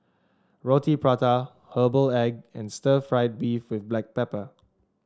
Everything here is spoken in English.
Roti Prata Herbal Egg and Stir Fried Beef with Black Pepper